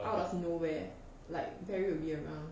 out of nowhere like barry will be around